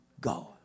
God